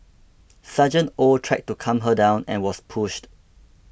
Sgt Oh tried to calm her down and was pushed